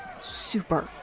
super